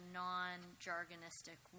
non-jargonistic